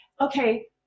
Okay